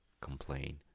complain